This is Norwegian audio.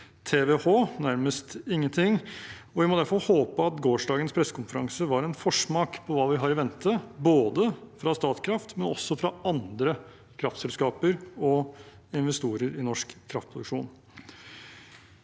er nærmest ingenting. Vi må derfor håpe at gårsdagens pressekonferanse var en forsmak på hva vi har i vente fra Statkraft, men også fra andre kraftselskaper og investorer i norsk kraftproduksjon.